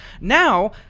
Now